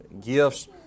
gifts